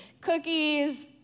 cookies